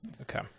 Okay